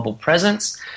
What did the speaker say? presence